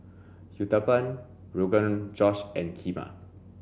Uthapam Rogan Josh and Kheema